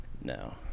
No